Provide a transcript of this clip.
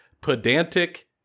pedantic